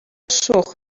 شخم